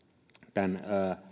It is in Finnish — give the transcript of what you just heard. tämän